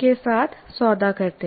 के साथ सौदा करते हैं